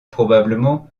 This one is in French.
probablement